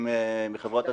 חברות הדלקים,